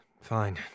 Fine